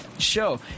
show